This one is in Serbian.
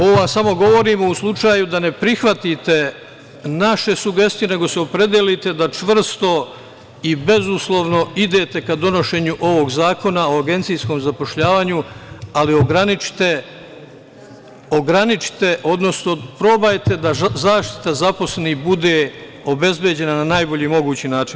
Ovo vam samo govorim u slučaju da ne prihvatite naše sugestije, nego se opredelite da čvrsto i bezuslovno idete ka donošenju ovog Zakona o agencijskom zapošljavanju, ali ograničite, odnosno probajte da zaštita zaposlenih bude obezbeđena na najbolji mogući način.